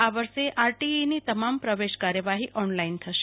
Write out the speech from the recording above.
આ વર્ષે આરટીઈની તમામ પ્રવેશ કાર્યવાહી ઓનલાઈન થશે